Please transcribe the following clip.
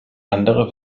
andere